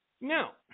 Now